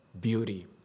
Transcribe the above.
beauty